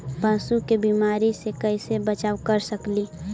पशु के बीमारी से कैसे बचाब कर सेकेली?